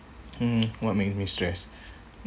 hmm what makes me stress